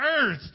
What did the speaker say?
earth